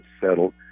settled